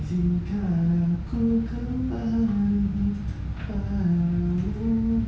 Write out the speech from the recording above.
izin kan aku kembali kepadamu